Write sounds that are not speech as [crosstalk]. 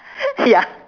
[laughs] ya